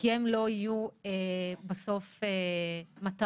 כי הם לא יהיו בסוף מטרה,